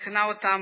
מכנה אותו: